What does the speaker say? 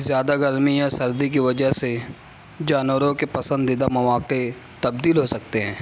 زیادہ گرمی یا سردی کی وجہ سے جانوروں کے پسندیدہ مواقع تبدیل ہو سکتے ہیں